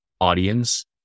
audience